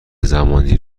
زمانی